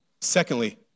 Secondly